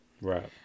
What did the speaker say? Right